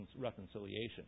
reconciliation